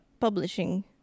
publishing